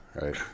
right